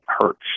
hurts